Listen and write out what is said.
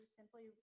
simply